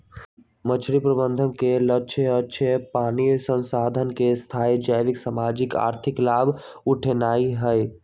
मछरी प्रबंधन के लक्ष्य अक्षय पानी संसाधन से स्थाई जैविक, सामाजिक, आर्थिक लाभ उठेनाइ हइ